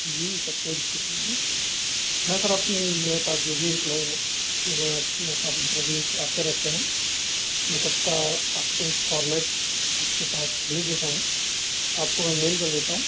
जी sir कोई दिक़्क़त नहीं है मैं सर अपने मेरे पास जो भी एम्प्लॉई हैं उन्हें मेरे पास इन्टरव्यूस आते रहते हैं मैं सबका आपको एक फ़ॉरमेट आपके पास भेज देता हूँ आपको मैं मेल कर देता हूँ